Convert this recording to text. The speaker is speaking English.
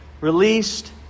released